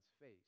face